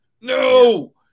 no